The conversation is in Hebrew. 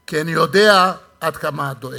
כי אני יודע עד כמה את דואגת.